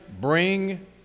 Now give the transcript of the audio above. bring